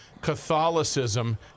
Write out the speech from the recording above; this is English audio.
Catholicism